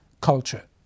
culture